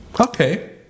Okay